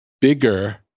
bigger